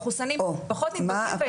מחוסנים פחות נדבקים.